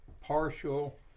partial